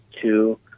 two